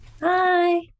Hi